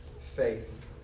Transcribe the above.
faith